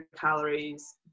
calories